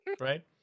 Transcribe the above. right